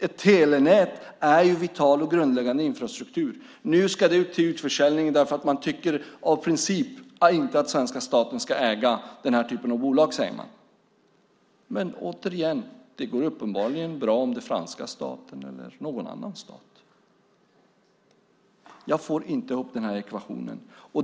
Ett telenät är ju vital och grundläggande infrastruktur. Nu ska det säljas ut därför att man av princip tycker att svenska staten inte ska äga den här typen av bolag. Men återigen går det uppenbarligen bra om det är den franska staten eller någon annan stat som gör det. Jag får inte ihop den här ekvationen.